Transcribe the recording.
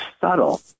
subtle